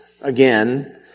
again